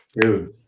Dude